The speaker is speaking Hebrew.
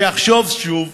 שיחשוב שוב.